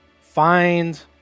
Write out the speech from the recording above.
find